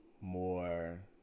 more